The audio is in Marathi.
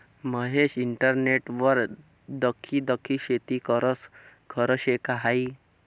महेश इंटरनेटवर दखी दखी शेती करस? खरं शे का हायी